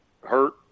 hurt